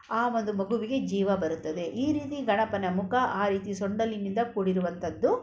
ಆ ಒಂದು ಮಗುವಿಗೆ ಜೀವ ಬರುತ್ತದೆ ಈ ರೀತಿ ಗಣಪನ ಮುಖ ಆ ರೀತಿ ಸೊಂಡಿಲಿನಿಂದ ಕೂಡಿರುವಂಥದ್ದು